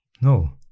no